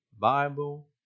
Bible